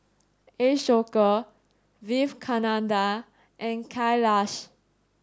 Ashoka Vivekananda and Kailash